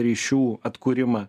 ryšių atkūrimą